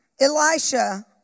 Elisha